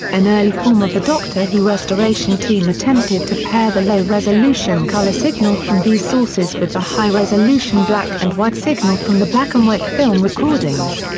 an early form of the doctor who restoration team attempted to pair the low-resolution colour signal from these sources with the high-resolution black-and-white signal from the black-and-white film recordings.